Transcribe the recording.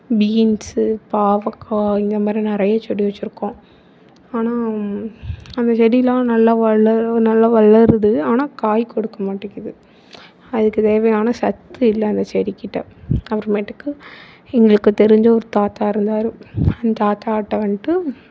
beans பாவக்காய் இந்தமாதிரி நிறைய செடி வச்சுருக்கோம் ஆனால் அந்த செடிலாம் நல்லா வளரும் நல்லா வளருது ஆனால் காய் கொடுக்கமாட்டிங்குது அதுக்கு தேவையான சத்தி இல்லை அந்த செடிகிட்ட அப்புறமேட்டுக்கு எங்களுக்கு தெரிஞ்ச ஒரு தாத்தா இருந்தார் அந்த தாத்தாகிட்ட வந்துவிட்டு